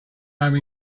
home